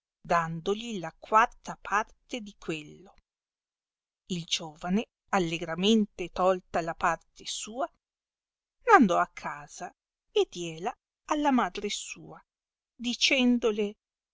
dandogli la quarta parte di quello il giovane allegramente tolta la parte sua n'andò a casa e diella alla madre sua dicendole